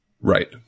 Right